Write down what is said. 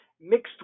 Mixed